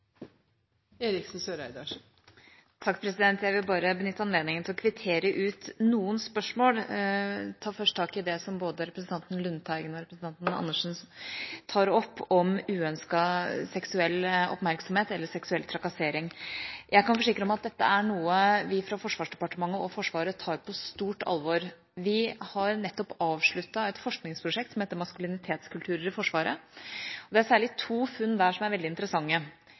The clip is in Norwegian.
Jeg vil bare benytte anledninga til å kvittere ut noen spørsmål. Jeg tar først tak i det som både representanten Lundteigen og representanten Karin Andersen tar opp om uønsket seksuell oppmerksomhet, eller seksuell trakassering. Jeg kan forsikre om at dette er noe vi fra Forsvarsdepartementet og Forsvaret tar på stort alvor. Vi har nettopp avsluttet et forskningsprosjekt som heter Maskulinitetskultur i Forsvaret. Det er særlig to funn der som er veldig interessante.